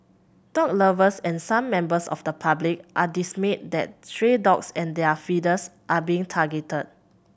dog lovers and some members of the public are dismayed that stray dogs and their feeders are being targeted